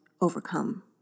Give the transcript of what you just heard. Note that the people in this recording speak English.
overcome